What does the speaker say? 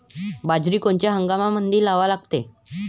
बाजरी कोनच्या हंगामामंदी लावा लागते?